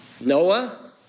Noah